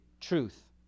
truth